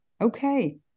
Okay